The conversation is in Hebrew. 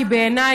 כי בעיניי,